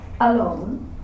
alone